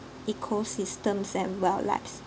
ecosystems and